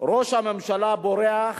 ראש הממשלה בורח